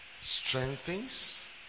Strengthens